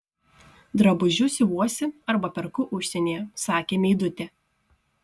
drabužius siuvuosi arba perku užsienyje sakė meidutė